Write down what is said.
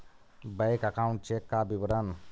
Bank account check का विवरण?